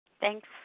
Thanks